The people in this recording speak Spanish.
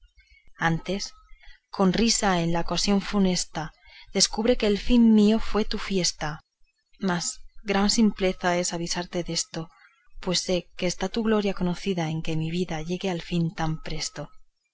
antes con risa en la ocasión funesta descubre que el fin mío fue tu fiesta mas gran simpleza es avisarte desto pues sé que está tu gloria conocida en que mi vida llegue al fin tan presto